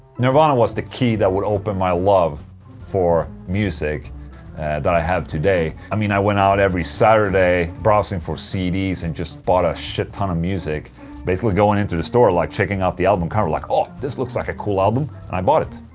nirvana was the key that would open my love for music that i have today i mean, i went out every saturday browsing for cds and just bought a shit ton of music basically going into the store like checking out the album cover like oh, this looks like a cool album' and i bought it,